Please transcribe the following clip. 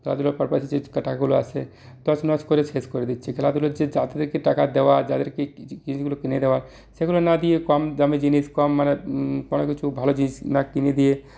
খেলাধুলার পারপোসে যে টাকাগুলো আসছে তছ নছ করে শেষ করে দিচ্ছে ক্লাবগুলোর যাদেরকে টাকা দেওয়া যাদেরকে জিনিসগুলো কিনে দেওয়া সেগুলো না দিয়ে কম দামি জিনিস কম মানে কমে কিছু ভালো জিনিস না কিনে দিয়ে